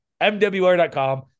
MWR.com